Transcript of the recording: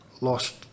lost